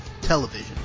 Television